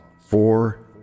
four